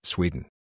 Sweden